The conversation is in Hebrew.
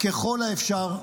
ככל האפשר,